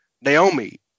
Naomi